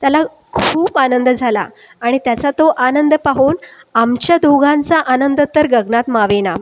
त्याला खूप आनंद झाला आणि त्याचा तो आनंद पाहून आमच्या दोघांचा आनंद तर गगनात मावेना